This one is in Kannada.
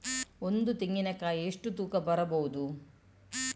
ಒಂದು ತೆಂಗಿನ ಕಾಯಿ ಎಷ್ಟು ತೂಕ ಬರಬಹುದು?